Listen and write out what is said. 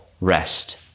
rest